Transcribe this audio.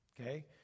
Okay